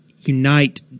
unite –